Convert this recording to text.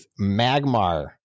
Magmar